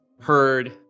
heard